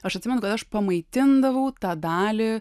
aš atsimenu aš pamaitindavau tą dalį